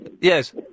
Yes